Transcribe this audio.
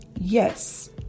Yes